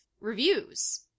reviews